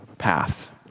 path